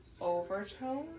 overtones